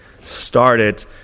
started